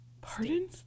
pardon